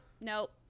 nope